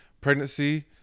pregnancy